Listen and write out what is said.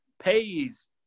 pays